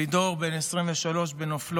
לידור, בן 23 בנופלו,